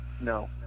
No